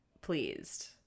pleased